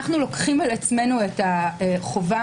אנו לוקחים על עצמנו את החובה